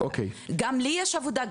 גם לי יש עבודה,